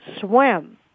swim